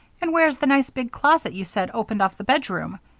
and where's the nice big closet you said opened off the bedroom?